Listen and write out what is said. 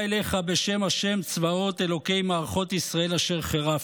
אליך בשם ה' צבאות אלהי מערכות ישראל אשר חרפת.